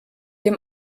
dem